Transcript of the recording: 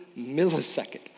millisecond